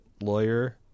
lawyer